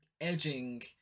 edging